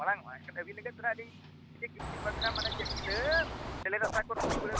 ᱢᱟᱲᱟᱝ ᱚᱜᱼᱟᱭ ᱮᱱᱠᱷᱟᱱ ᱟᱹᱵᱤᱱ ᱞᱟᱹᱜᱤᱫ ᱫᱚ ᱦᱟᱸᱜ ᱟᱹᱞᱤᱧ ᱮᱢᱟ ᱵᱤᱱᱟ ᱢᱟᱱᱮ ᱪᱮᱫ ᱧᱤᱫᱟᱹ ᱥᱮᱞᱮᱫᱚᱜ ᱠᱷᱟᱱ ᱞᱤᱧ ᱨᱩᱣᱟᱹᱲ ᱟᱹᱵᱤᱱᱟ